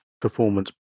performance